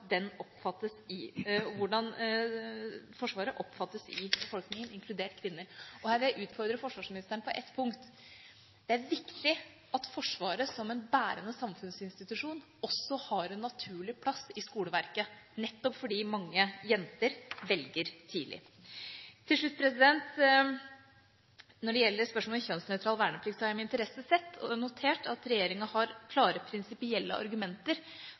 Forsvaret oppfattes i befolkningen, inkludert kvinner. Her vil jeg utfordre forsvarsministeren på ett punkt: Det er viktig at Forsvaret som en bærende samfunnsinstitusjon også har en naturlig plass i skoleverket, nettopp fordi mange jenter velger tidlig. Til slutt: Når det gjelder spørsmålet om kjønnsnøytral verneplikt, har jeg med interesse sett og notert at regjeringa har klare, prinsipielle argumenter